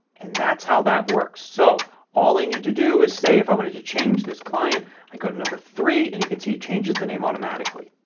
and that's how that works. so all i need to do is say if i wanted to change this client i go to number three and you can see it changes the name automatically.